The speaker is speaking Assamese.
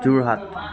যোৰহাট